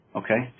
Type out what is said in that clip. okay